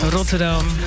Rotterdam